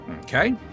Okay